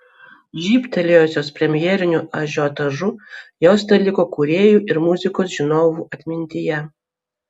žybtelėjusios premjeriniu ažiotažu jos teliko kūrėjų ir muzikos žinovų atmintyje